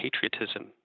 patriotism